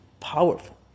powerful